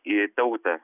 į tautą